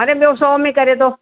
अरे ॿियो सौ में करे थो